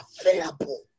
available